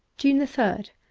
june third